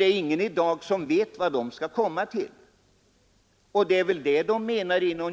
Ingen kan ju i dag säga vad resultatet blir av gruppens arbete.